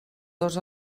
dos